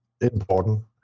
important